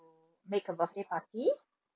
make a birthday party